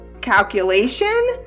calculation